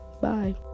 Bye